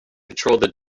patrolled